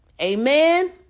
Amen